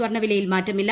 സ്വർണ്ണ വിലയിൽ മാറ്റമില്ല